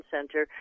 Center